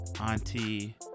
auntie